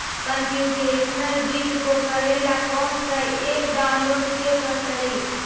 computational वित्त को करे ला कौन स ऐप डाउनलोड के परतई